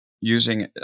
using